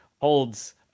holds